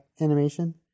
animation